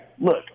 Look